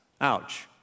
Ouch